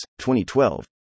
2012